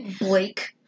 Blake